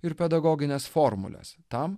ir pedagogines formules tam